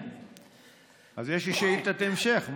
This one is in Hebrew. אז יש לי שאילתת המשך.